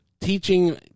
teaching